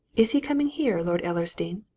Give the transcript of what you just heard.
is he coming here, lord ellersdeane?